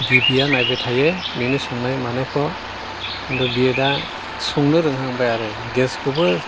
बिबैआ नायबाय थायो बिनि संनाय मानायखौ किन्तु बियो दा संनो रोंहांबाय आरो गेसखौबो